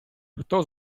хто